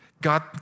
God